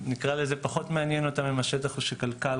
פחות מעניין אותם אם השטח של קק"ל,